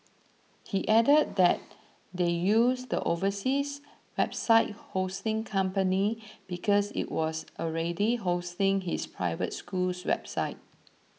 he added that they used the overseas website hosting company because it was already hosting his private school's website